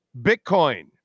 Bitcoin